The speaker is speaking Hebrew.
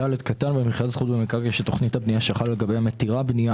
במכירת זכות במקרקעין שתוכנית הבנייה שחלה לגביה מתירה בנייה